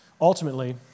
ultimately